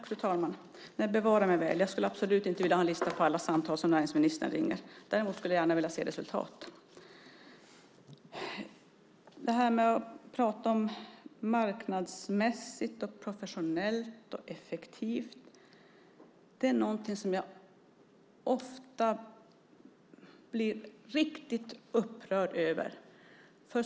Fru talman! Jag skulle absolut inte vilja ha en lista på alla samtal som näringsministern ringer, bevare mig väl. Däremot skulle jag gärna vilja se resultat. Man talar om att det ska vara marknadsmässigt, professionellt och effektivt. Det är någonting som jag ofta blir riktigt upprörd över.